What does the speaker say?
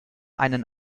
einen